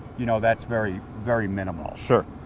you know that's very, very minimal. sure.